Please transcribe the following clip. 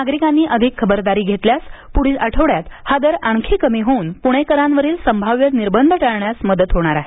नागरिकांनी अधिक खबरदारी घेतल्यास पुढील आठवड्यात हा दर आणखी कमी होऊन पुणेकरांवरील संभाव्य निर्बंध टाळण्यास मदत होणार आहे